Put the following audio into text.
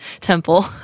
temple